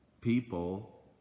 people